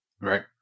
Right